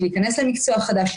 להיכנס למקצוע חדש,